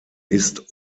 ist